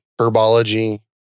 herbology